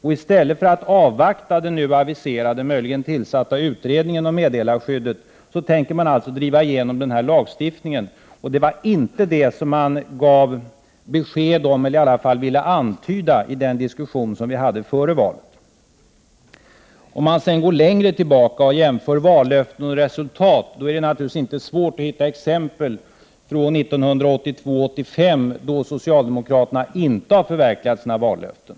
I stället för att avvakta den aviserade och möjligen tillsatta utredningen om meddelarskyddet tänker man alltså driva igenom denna lagstiftning. Det var inte detta som man gav besked om eller i alla fall ville antyda i den diskussion vi hade före valet. Om vi går längre tillbaka och jämför vallöften och resultat är det naturligtvis inte svårt att hitta exempel från perioden 1982-1985 där socialdemokraterna inte har förverkligat sina vallöften.